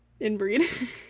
inbreed